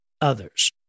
others